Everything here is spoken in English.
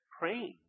praying